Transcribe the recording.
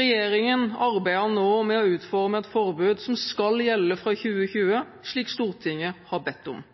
Regjeringen arbeider nå med å utforme et forbud som skal gjelde fra 2020, slik Stortinget har bedt om.